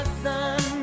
sun